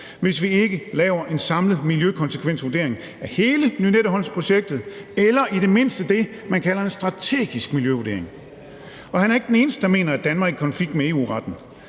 hvis vi ikke laver en samlet miljøkonsekvensvurdering af hele Lynetteholmsprojektet, eller i det mindste det, man kalder en strategisk miljøvurdering. Han er ikke den eneste, der mener, at Danmark er i konflikt med EU-retten.